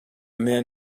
man